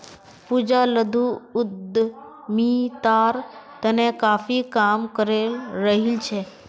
पूजा लघु उद्यमितार तने काफी काम करे रहील् छ